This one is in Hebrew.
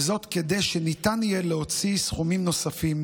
וזאת כדי שניתן יהיה להוציא סכומים נוספים